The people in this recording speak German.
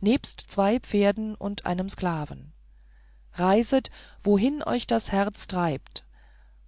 nebst zwei pferden und einem sklaven reiset wohin euch das herz treibt